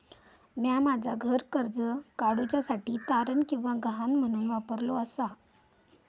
म्या माझा घर कर्ज काडुच्या साठी तारण किंवा गहाण म्हणून वापरलो आसा